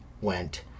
went